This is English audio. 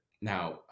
now